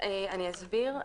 אני אסביר.